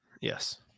Yes